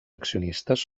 accionistes